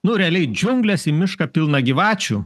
nu realiai džiungles į mišką pilną gyvačių